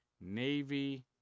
Navy